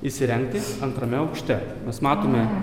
įsirengti antrame aukšte mes matome